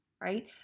Right